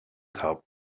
top